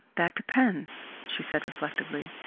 that depends, she said reflectively,